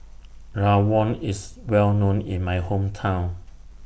Rawon IS Well known in My Hometown